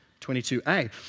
22a